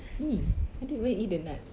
!ee! want to go and eat the nuts